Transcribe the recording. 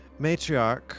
Matriarch